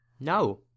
No